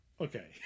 Okay